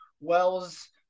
Wells